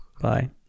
Bye